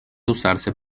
usarse